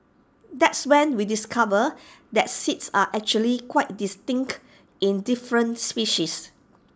that's when we discovered that seeds are actually quite distinct in different species